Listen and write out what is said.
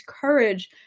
courage